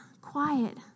quiet